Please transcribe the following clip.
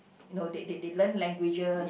no they they they learn languages